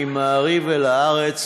מ"מעריב" אל "הארץ",